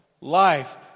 life